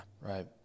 Right